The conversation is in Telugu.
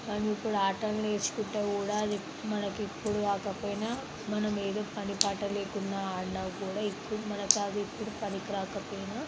కానీ ఇప్పుడు ఆటలు నేర్చుకుంటే కూడా అది మనకి ఇప్పుడు కాకపోయినా మనం ఏదో పని పాట లేకుండా ఆడిన కూడా ఇప్పుడూ మనకి అది పనికి రాకపోయినా